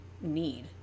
need